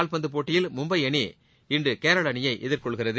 கால்பந்து போட்டியில் மும்பை அணி இன்று கேரள அணியை எதிர்கொள்கிறது